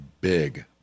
big